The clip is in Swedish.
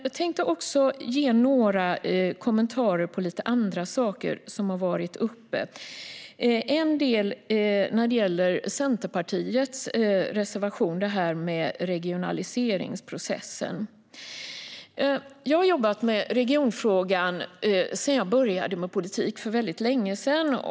Jag tänkte också kommentera en del andra saker som har varit uppe, till exempel Centerpartiets reservation om regionaliseringsprocessen. Jag har jobbat med regionfrågan sedan jag började med politik för väldigt länge sedan.